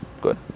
Good